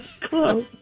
close